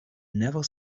never